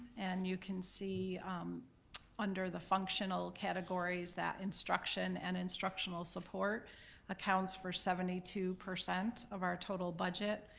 and you can see under the functional categories that instruction and instructional support accounts for seventy two percent of our total budget.